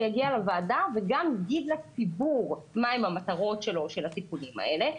יגיע לוועדה ויגיד לציבור מהם המטרות של התיקונים האלה.